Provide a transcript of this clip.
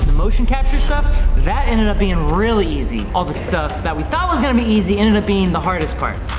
the motion capture stuff that ended up being really easy all the stuff that we thought was gonna be easy ended up being the hardest part